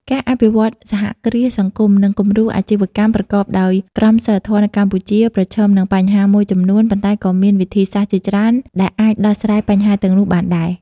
ការអភិវឌ្ឍសហគ្រាសសង្គម និងគំរូអាជីវកម្មប្រកបដោយក្រមសីលធម៌នៅកម្ពុជា ប្រឈមនឹងបញ្ហាមួយចំនួន ប៉ុន្តែក៏មានវិធីសាស្រ្តជាច្រើនដែលអាចដោះស្រាយបញ្ហាទាំងនោះបានដែរ ។